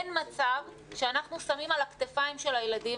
אין מצב שאנחנו שמים על הכתפיים של הילדים